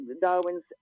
Darwin's